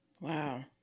Wow